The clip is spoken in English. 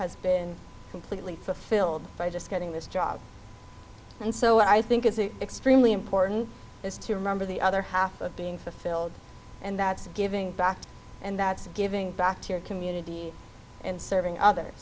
has been completely fulfilled by just getting this job and so i think it's extremely important is to remember the other half of being fulfilled and that's giving back and that's giving back to your community and serving others